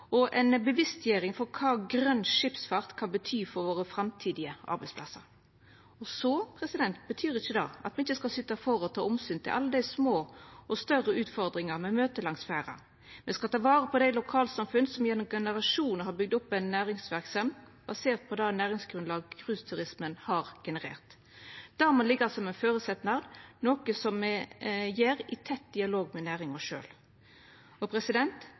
og ei bevisstgjering av kva grøn skipsfart kan bety for våre framtidige arbeidsplassar. Men det betyr ikkje at me ikkje skal syta for å ta omsyn til alle dei små og større utfordringane me møter langs ferda. Me skal ta vare på dei lokalsamfunna som gjennom generasjonar har bygd opp ei næringsverksemd basert på det næringsgrunnlaget cruiseturismen har generert. Det må liggja som ein føresetnad, noko me gjer i tett dialog med næringa